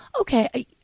okay